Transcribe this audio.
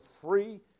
free